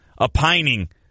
opining